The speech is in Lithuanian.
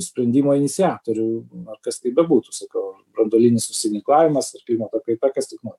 sprendimo iniciatorių ar kas tai bebūtų sakau branduolinis nusiginklavimas ar klimato kaita kas tik nori